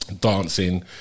dancing